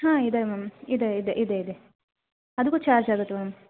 ಹಾ ಇದೆ ಮ್ಯಾಮ್ ಇದೆ ಇದೆ ಇದೆ ಇದೆ ಅದಕ್ಕು ಚಾರ್ಜ್ ಆಗುತ್ತೆ ಮ್ಯಾಮ್